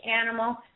animal